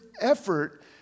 effort